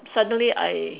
suddenly I